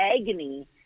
agony